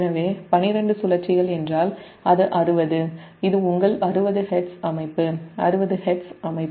எனவே 12 சுழற்சிகள் என்றால் அது 60 ஹெர்ட்ஸ் அமைப்பு 60 ஹெர்ட்ஸ் அமைப்பு